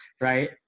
Right